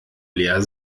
leer